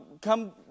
come